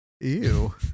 Ew